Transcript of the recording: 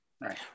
Right